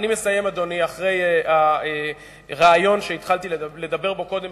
אחרי הרעיון שהתחלתי לדבר בו קודם,